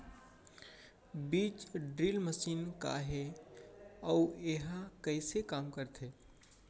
बीज drill machine का हे अऊ एहा कइसे काम करथे?